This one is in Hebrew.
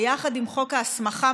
ביחד עם חוק ההסמכה,